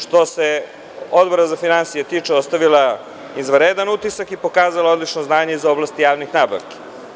Što se Odbora za finansije tiče, ostavila je izvanredan utisak i pokazala odlično znanje iz oblasti javnih nabavki.